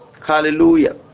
Hallelujah